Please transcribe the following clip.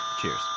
Cheers